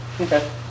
Okay